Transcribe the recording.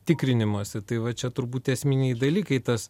tikrinimosi tai va čia turbūt esminiai dalykai tas